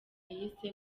yise